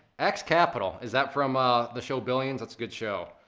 axe capital, is that from ah the show, billions? that's a good show.